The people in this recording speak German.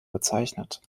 bezeichnet